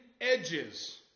edges